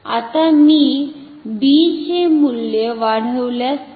आता मी b चे मूल्य वाढवल्यास काय होईल